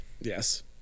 yes